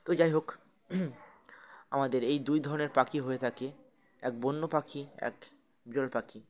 তো যাই হোক আমাদের এই দুই ধরনের পাখি হয়ে থাকে এক বন্য পাখি এক বিরল পাখি